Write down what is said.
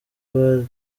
bahari